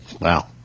Wow